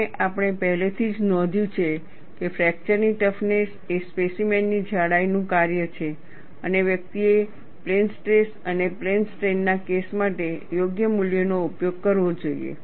અને આપણે પહેલેથી જ નોંધ્યું છે કે ફ્રેક્ચરની ટફનેસ એ સ્પેસીમેન ની જાડાઈ નું કાર્ય છે અને વ્યક્તિએ પ્લેન સ્ટ્રેસ અને પ્લેન સ્ટ્રેઇન ના કેસો માટે યોગ્ય મૂલ્યોનો ઉપયોગ કરવો જોઈએ